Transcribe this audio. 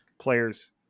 players